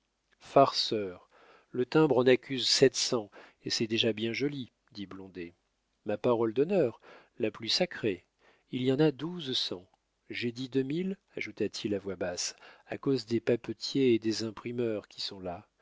farceur le timbre en accuse sept cents et c'est déjà bien joli dit blondet ma parole d'honneur la plus sacrée il y en a douze cents j'ai dit deux mille ajouta-t-il à voix basse à cause des papetiers et des imprimeurs qui sont là